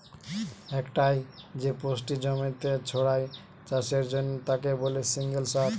একটাই যে পুষ্টি জমিতে ছড়ায় চাষের জন্যে তাকে বলে সিঙ্গল সার